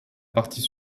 partie